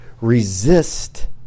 resist